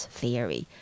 theory